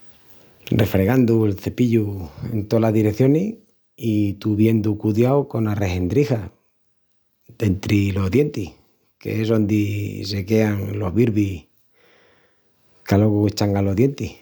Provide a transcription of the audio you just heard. Refregandu’l cepillu en tolas direcionis i tuviendu cudiau conas rehendrijas dentri los dientis que es ondi se quean los birbis qu’alogu eschangan los dientis.